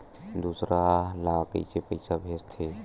दूसरा ला कइसे पईसा भेजथे?